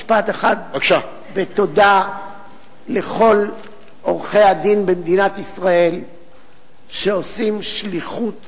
משפט אחד בתודה לכל עורכי-דין במדינת ישראל שעושים שליחות